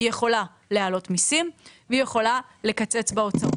היא יכולה להעלות מסים והיא יכולה לקצץ בהוצאות.